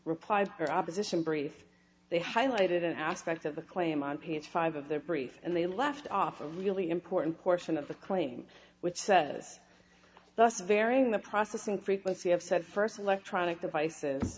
or opposition brief they highlighted an aspect of the claim on page five of their brief and they left off a really important portion of the claim which says thus varying the processing frequency of said first electronic devices